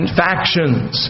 factions